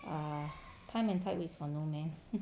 err time and tide waits for no man